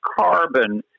carbon